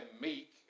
meek